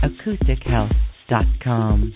AcousticHealth.com